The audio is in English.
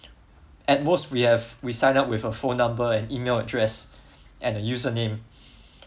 at most we have we sign up with a phone number and email address and a username